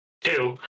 Two